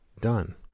done